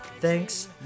Thanks